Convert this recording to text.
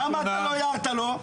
למה לא הערת לו?